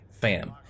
Fam